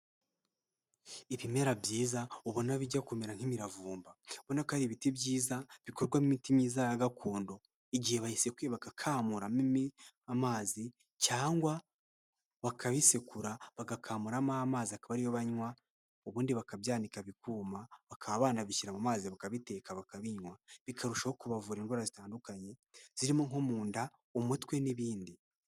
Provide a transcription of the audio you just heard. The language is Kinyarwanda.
Ibimera byiza ubona bijya kumera nk'imiravumba ubona ko ari ibiti byiza bikorwamo imiti myiza ya gakondo igihe bahise kwiba bagakamuramo amazi cyangwa bakabisekura bagakamuramo amazi akaba ari yo banywa ubundi bakabyanika bikuma bakaba banabishyira mu mazi bakabiteka bakabinywa bikarushaho kubavura indwara zitandukanye zirimo nko mu nda, umutwe n'ibindi.